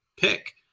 pick